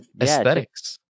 Aesthetics